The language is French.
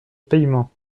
paiement